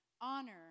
Honor